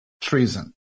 treason